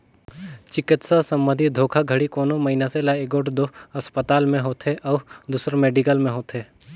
चिकित्सा संबंधी धोखाघड़ी कोनो मइनसे ल एगोट दो असपताल में होथे अउ दूसर मेडिकल में होथे